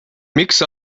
miks